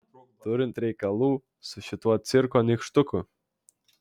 turint reikalų su šituo cirko nykštuku